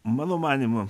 mano manymu